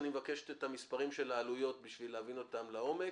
אני מבקש את המספרים של העלויות כדי להבין אותם לעומק.